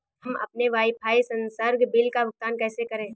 हम अपने वाईफाई संसर्ग बिल का भुगतान कैसे करें?